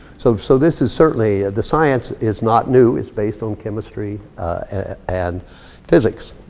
so so this is certainly, the science is not new, it's based on chemistry and physics.